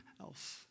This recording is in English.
else